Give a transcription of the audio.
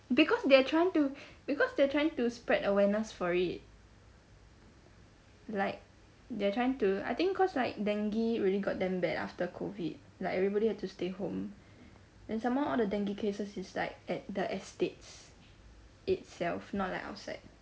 because they're trying to because they're trying to spread awareness for it like they're trying to I think cause like dengue really got damn bad after COVID like everybody had to stay home and some more all the dengue cases is like at the estates itself not like outside